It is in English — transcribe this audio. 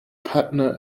patna